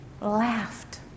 laughed